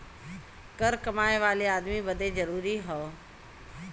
कर कमाए वाले अदमी बदे जरुरी हौ